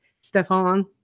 Stefan